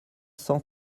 cent